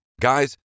Guys